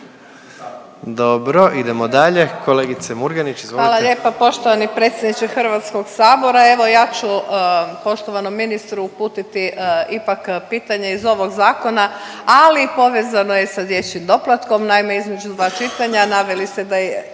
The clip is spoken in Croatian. Dobro, idemo dalje. Kolegice Murganić, izvolite. **Murganić, Nada (HDZ)** Hvala lijepa poštovani predsjedniče Hrvatskog sabora. Evo ja ću poštovanom ministru uputiti ipak pitanje iz ovog zakona, ali i povezano je sa dječjim doplatkom. Naime, između dva čitanja naveli ste da je